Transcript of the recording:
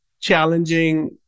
challenging